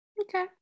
Okay